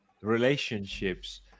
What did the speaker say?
relationships